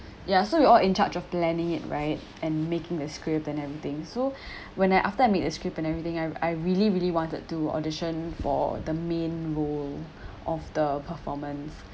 ya so we're all in charge of planning it right and making the script and everything so when I after I made the script and everything I've I really really wanted to audition for the main role of the performance